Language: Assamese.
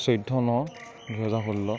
চৈধ্য ন দুহেজাৰ ষোল্ল